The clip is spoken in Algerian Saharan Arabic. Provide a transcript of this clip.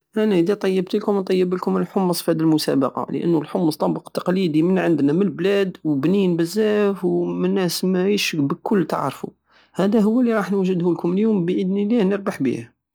انا ادا طيبتلكم نطيبلكم الحمص في هاد المسابقة لانو الحمص طبق تقليدي من عندنا في البلاد وبنين بزاف والناس ماهيش بكل تعرفو هدا هو الي راح نوجدهولكم بادن الله نربح بيه